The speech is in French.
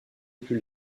plus